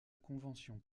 convention